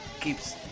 keeps